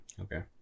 Okay